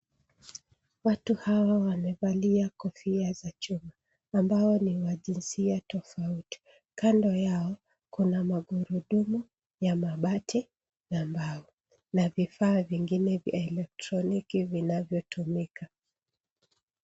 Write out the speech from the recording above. Watu hawa wamevalia kofia za chuma, ambao ni wa jinsia tofauti. Kando yao kuna magurudumu ya mabati na mbao na vifaa vingine vya elektroniki vinavyotumika.